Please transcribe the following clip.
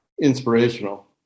inspirational